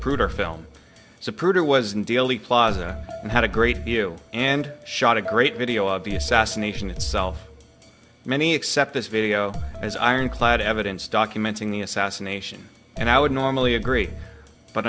in dealey plaza and had a great view and shot a great video of the assassination itself many except this video is ironclad evidence documenting the assassination and i would normally agree but